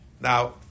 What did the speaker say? Now